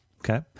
Okay